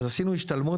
אז עשינו השתלמות,